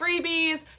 freebies